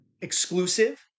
exclusive